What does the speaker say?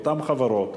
אותן חברות,